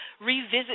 revisit